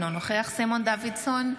אינו נוכח סימון דוידסון,